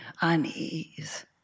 unease